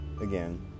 Again